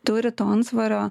turi to antsvorio